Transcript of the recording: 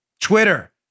Twitter